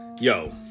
Yo